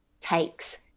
takes